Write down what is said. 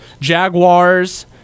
Jaguars